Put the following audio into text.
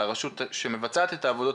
הרשות שמבצעת את העבודות,